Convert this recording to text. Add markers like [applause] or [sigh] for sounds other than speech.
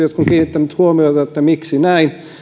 [unintelligible] jotkut kiinnittäneet huomiota että miksi näin